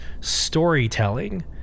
storytelling